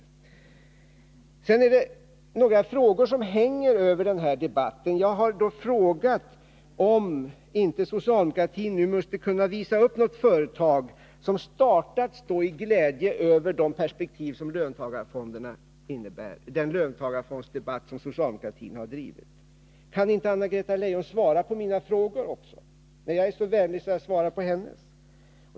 Det är några frågor som hänger över denna debatt. Jag har frågat om inte socialdemokratin nu måste kunna visa upp något företag som har startats i glädjen över de perspektiv som löntagarfonderna innebär, enligt den löntagarfondsdebatt som socialdemokratin har drivit. Kan inte Anna-Greta Leijon svara på mina frågor också, när jag är så vänlig att svara på hennes?